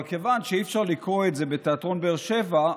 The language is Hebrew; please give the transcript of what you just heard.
אבל כיוון שאי-אפשר לקרוא את זה בתיאטרון באר שבע,